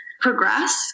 progress